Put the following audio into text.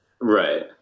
Right